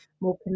more